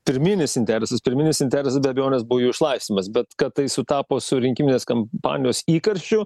pirminis interesas pirminis interesas be abejonės buvo jų išlaisvinimas bet kad tai sutapo su rinkiminės kampanijos įkarščiu